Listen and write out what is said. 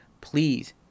please